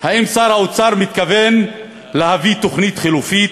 האם שר האוצר מתכוון להביא תוכנית חלופית,